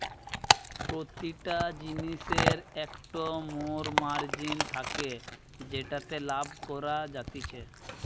প্রতিটা জিনিসের একটো মোর মার্জিন থাকে যেটাতে লাভ করা যাতিছে